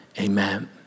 Amen